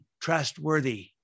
trustworthy